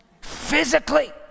physically